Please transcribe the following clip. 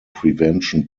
prevention